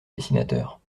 dessinateur